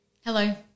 Hello